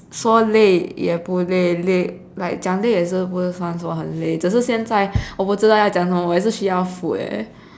说累也不累累 like 讲累也不是算说很累只是现在我不知道要讲什么我也是需要 food leh